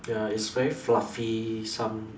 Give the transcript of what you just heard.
ya it's very fluffy some